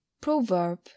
Proverb